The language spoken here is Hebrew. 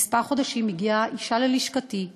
לפני כמה חודשים הגיעה אישה ללשכתי,